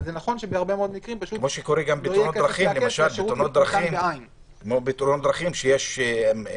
אבל נכון שבהרבה מקרים- -- כמו שבתאונות דרכים יש אמבולנס